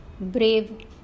brave